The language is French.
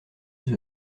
chez